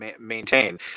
maintain